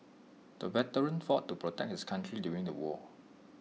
the veteran fought to protect his country during the war